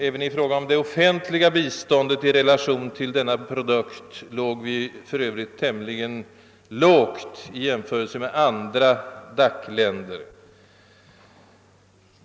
Även i fråga om det offentliga biståndet i relation till denna produkt låg vi för övrigt tämligen lågt i jämförelse med andra DAC länder.